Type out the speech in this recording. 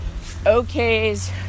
okays